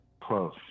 close